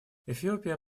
эфиопия